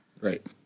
right